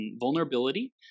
vulnerability